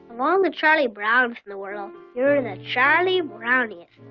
um the charlie browns in the world, you're in a charlie browniest.